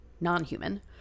non-human